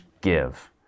give